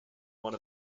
one